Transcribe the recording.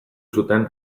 zuten